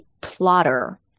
plotter